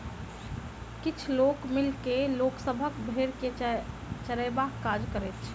किछ लोक मिल के लोक सभक भेंड़ के चरयबाक काज करैत छै